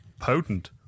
Potent